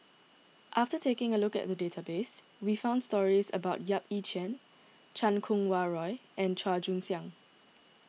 after taking a look at the database we found stories about Yap Ee Chian Chan Kum Wah Roy and Chua Joon Siang